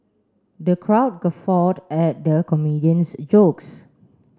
the crowd guffawed at the comedian's jokes